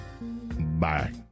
Bye